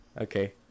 Okay